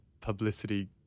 publicity